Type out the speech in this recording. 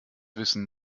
wissen